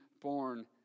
born